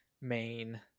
main